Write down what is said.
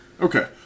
Okay